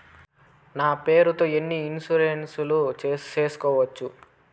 నా పేరుతో ఎన్ని ఇన్సూరెన్సులు సేసుకోవచ్చు?